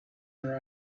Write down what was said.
her